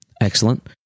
Excellent